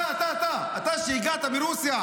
אתה מסכים?